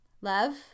Love